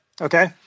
Okay